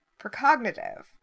precognitive